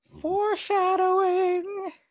Foreshadowing